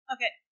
Okay